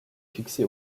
fixé